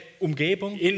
Umgebung